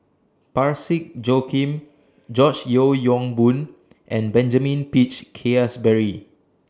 Parsick Joaquim George Yeo Yong Boon and Benjamin Peach Keasberry